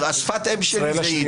שפת האם שלי היא יידיש.